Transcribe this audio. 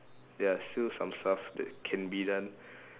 there are still some stuff that can be done